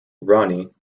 ronnie